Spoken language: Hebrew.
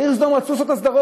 בעיר סדום רצו לעשות הסדרות.